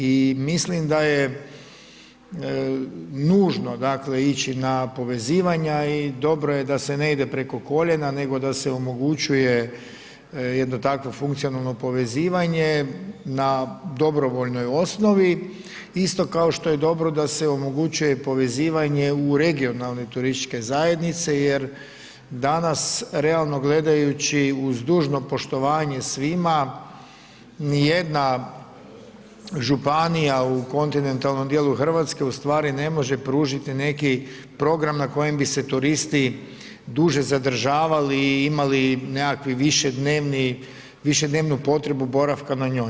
I mislim da je nužno dakle ići na povezivanja i dobro je da se ne ide preko koljena nego da se omogućuje jedno takvo funkcionalno povezivanje na dobrovoljnoj osnovi isto kao što je i dobro da se omogućuje povezivanje u regionalne turističke zajednice jer danas realno gledajući uz dužno poštovanje svima ni jedna županija u kontinentalnom dijelu Hrvatske ustvari ne može pružiti neki program na kojem bi se turisti duže zadržavali i imali nekakvi višednevni, višednevnu potrebu boravka na njoj.